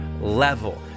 level